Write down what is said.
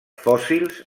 fòssils